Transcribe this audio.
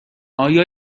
آیا